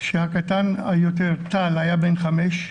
כשהקטן יותר, טל, היה בן חמש,